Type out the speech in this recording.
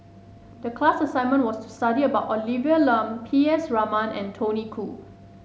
the class assignment was to study about Olivia Lum P S Raman and Tony Khoo